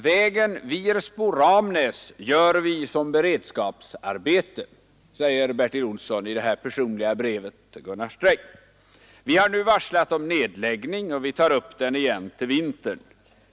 ”Vägen Virsbo— Ramnäs gör vi som beredskapsarbete”, säger Bertil Olsson i det här personliga brevet och fortsätter: ”Vi har nu varslat om nedläggning och tar upp den igen till vintern.